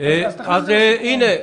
תודה רבה.